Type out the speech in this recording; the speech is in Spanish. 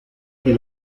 que